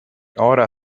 ora